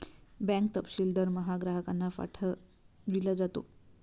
bank तपशील दरमहा ग्राहकांना पाठविला जातो